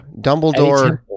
dumbledore